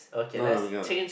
no no we cannot